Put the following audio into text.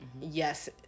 Yes